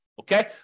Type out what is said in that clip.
Okay